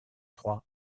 trois